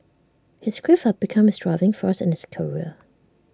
his grief had become his driving force in his career